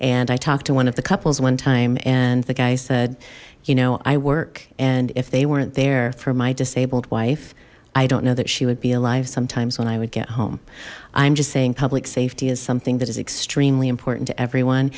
and i talked to one of the couples one time and the guy said you know i work and if they weren't there for my disabled wife i don't know that she would be alive sometimes when i would get home i'm just saying public safety is something that is extremely important to everyone